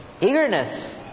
Eagerness